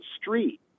street